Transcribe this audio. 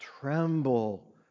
tremble